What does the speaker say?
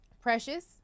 precious